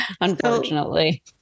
unfortunately